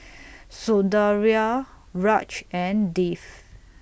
Sundaraiah Raj and Dev